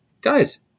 guys